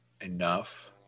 enough